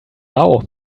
lau